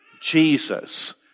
Jesus